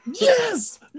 Yes